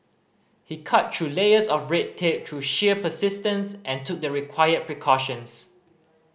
he cut through layers of red tape through sheer persistence and took the required precautions